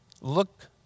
Look